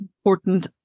important